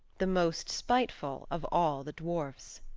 the most spiteful of all the dwarfs.